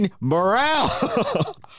morale